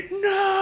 no